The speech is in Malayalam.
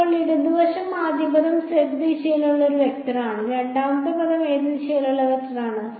അപ്പോൾ ഇടത് വശം ആദ്യ പദം z ദിശയിലുള്ള ഒരു വെക്ടറാണ് രണ്ടാമത്തെ പദം ഏത് ദിശയിലുള്ള വെക്ടറാണ്